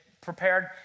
prepared